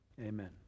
Amen